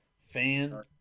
Fan